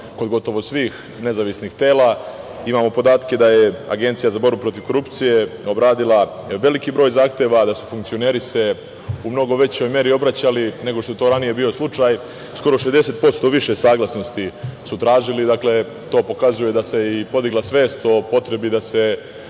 kod gotovo svih nezavisnih tela. Imamo podatke da je Agencija za borbu protiv korupcije obradila veliki broj zahteva, da su se funkcioneri u mnogo većoj meri obraćali, nego što je to ranije bio slučaj, skoro 60% više saglasnosti su tražili. Dakle, to pokazuje da se podigla svest o potrebi da se